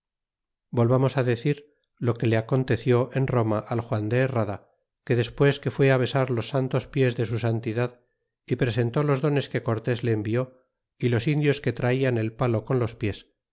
volvamos decir lo que le aconteció en roma al juan de herrada que despues que fué besar los santos pies de su santidad y presentó los dones que cortes le envió y los indios que traian el palo con los pies